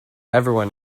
everyone